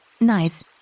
nice